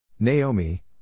Naomi